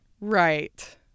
right